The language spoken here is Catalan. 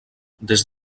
des